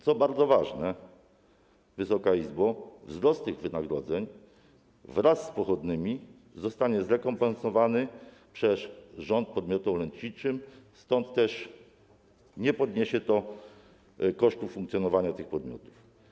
Co bardzo ważne, Wysoka Izbo, wzrost tych wynagrodzeń wraz z pochodnymi zostanie zrekompensowany przez rząd podmiotom leczniczym, stąd też nie podniesie to kosztów funkcjonowania tych podmiotów.